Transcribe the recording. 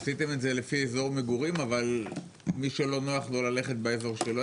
עשיתם את זה לפי אזור מגורים אבל מי שלא נוח לו ללכת לאזור שלו,